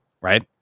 Right